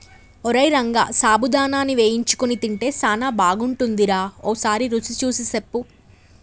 ఓరై రంగ సాబుదానాని వేయించుకొని తింటే సానా బాగుంటుందిరా ఓసారి రుచి సూసి సెప్పు